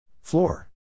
Floor